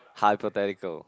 hypothetical